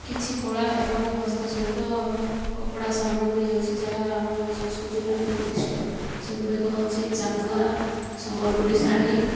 କିଛି କଳା ଏବଂ ହସ୍ତଶିଳ୍ପ କପଡ଼ା ସାମଗ୍ରୀ ହେଉଛି ଯାହା ଆମ ସଂସ୍କୃତି ପାଇଁ ଉଦ୍ଦିଷ୍ଟ ସେଗୁଡ଼ିକ ହେଉଛି ଚାନ୍ଦୁଆ ସମ୍ବଲପୁରୀ ଶାଢ଼ୀ